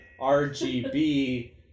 RGB